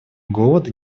голода